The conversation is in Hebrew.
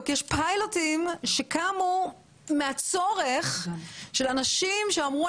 יש פיילוטים שקמו מהצורך של אנשים שאמרו,